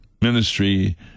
ministry